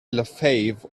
lafave